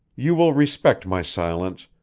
you will respect my silence,